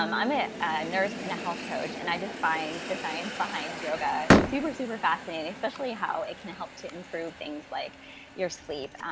um i'm a nurse and a health coach. and i just find the science behind yoga super, super fascinating, especially how it can help to improve things like your sleep.